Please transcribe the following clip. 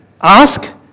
Ask